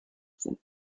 sind